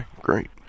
great